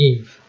Eve